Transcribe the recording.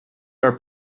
are